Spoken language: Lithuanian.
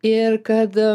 ir kad